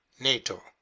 NATO